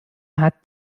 hat